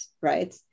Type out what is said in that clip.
right